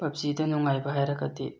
ꯄꯞꯖꯤꯗ ꯅꯨꯡꯉꯥꯏꯕ ꯍꯥꯏꯔꯒꯗꯤ